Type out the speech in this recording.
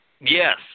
Yes